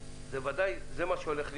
ודאי שזה מה שהולך להיות.